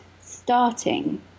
starting